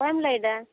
ᱚᱠᱚᱭᱮᱢ ᱞᱟᱹᱭᱮᱫᱟ